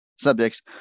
subjects